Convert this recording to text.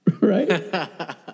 Right